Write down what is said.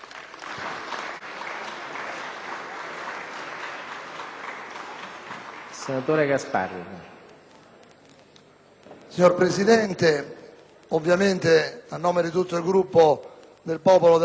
Signor Presidente, a nome di tutto il Gruppo del Popolo della Libertà mi unisco